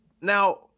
Now